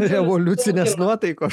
revoliucinės nuotaikos